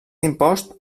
impost